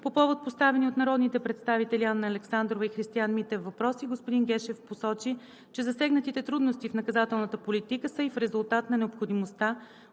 По повод поставените от народните представители Анна Александрова и Христиан Митев въпроси господин Гешев посочи, че засегнатите трудности в наказателната политика са и в резултат на необходимостта